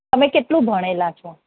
તમે કેટલું ભણેલા છો